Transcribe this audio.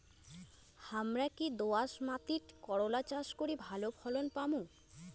হামরা কি দোয়াস মাতিট করলা চাষ করি ভালো ফলন পামু?